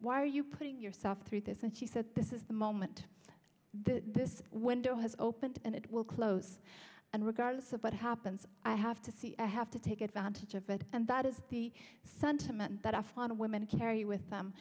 why are you putting yourself through this and she said this is the moment that this window has opened and it will close and regardless of what happens i have to see i have to take advantage of that and that is the sentiment that afghan women carry with them